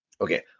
Okay